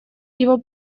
его